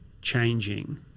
changing